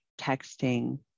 texting